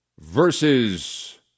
versus